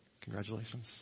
Congratulations